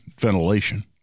ventilation